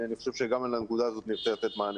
אני חושב שגם על הנקודה הזאת נרצה לתת מענה.